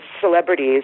celebrities